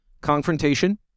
Confrontation